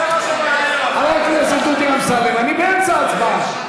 זה מה, חבר הכנסת דודי אמסלם, אני באמצע הצבעה.